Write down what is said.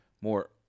more